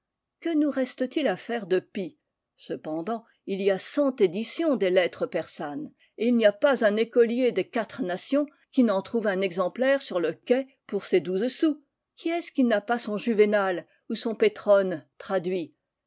que nous reste-t-il à faire de pis cependant il y a cent éditions des lettres persanes et il n'y a pas un écolier des quatre nations qui n'en trouve un exemplaire sur le quai pour ses douze sous qui est-ce qui n'a pas son juvénal ou son pétrone traduits